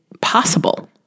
possible